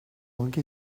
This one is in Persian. آنکه